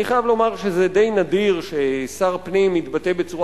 אני חייב לומר שזה די נדיר ששר פנים יתבטא בצורה